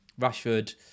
Rashford